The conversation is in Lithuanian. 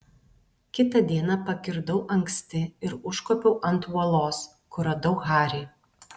kitą dieną pakirdau anksti ir užkopiau ant uolos kur radau harį